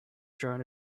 drone